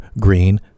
green